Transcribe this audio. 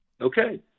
Okay